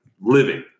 living